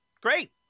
great